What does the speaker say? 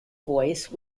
voice